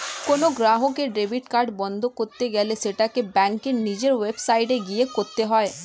কোনো গ্রাহকের debit card বন্ধ করতে গেলে সেটাকে ব্যাঙ্কের নিজের ওয়েবসাইটে গিয়ে করতে হয়ে